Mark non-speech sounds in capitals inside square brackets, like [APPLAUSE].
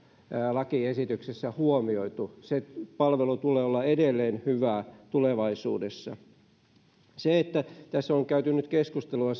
lakiesityksessä huomioitu sen palvelun tulee olla edelleen hyvää tulevaisuudessa tässä on käyty nyt keskustelua [UNINTELLIGIBLE]